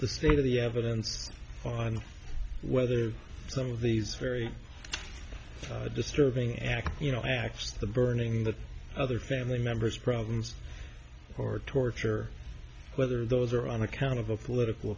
the state of the evidence and whether some of these very disturbing acts you know acts the burning in the other family members problems or torture whether those are on account of the political